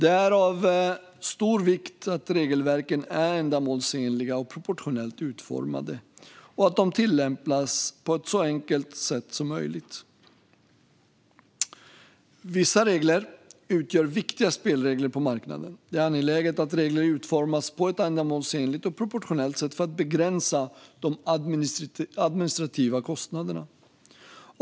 Det är av stor vikt att regelverken är ändamålsenliga och proportionellt utformade och att de tillämpas på ett så enkelt sätt som möjligt. Vissa regler utgör viktiga spelregler på marknaden. Det är angeläget att regler utformas på ett ändamålsenligt och proportionellt sätt för att begränsa de administrativa kostnaderna.